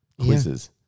Quizzes